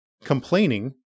complaining